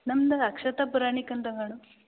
ನಮ್ದು ಅಕ್ಷತಾ ಪುರಾಣಿಕ್ ಅಂತ ಮೇಡಮ್